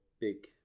big